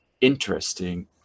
interesting